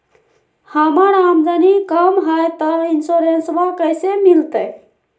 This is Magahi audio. हमर आमदनी कम हय, तो इंसोरेंसबा कैसे मिलते?